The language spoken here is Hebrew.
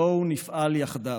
בואו נפעל יחדיו,